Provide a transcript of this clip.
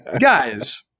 guys